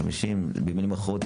150. במילים אחרות,